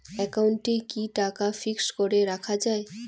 একাউন্টে কি টাকা ফিক্সড করে রাখা যায়?